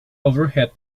overhead